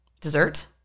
Dessert